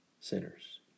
sinners